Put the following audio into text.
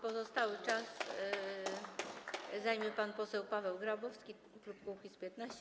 Pozostały czas zajmie pan poseł Paweł Grabowski, klub Kukiz’15.